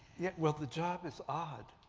yeah well, the job is odd.